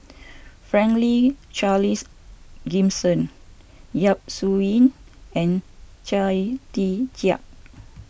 Franklin Charles Gimson Yap Su Yin and Chia Tee Chiak